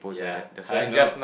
yeah hi no